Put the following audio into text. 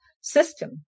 system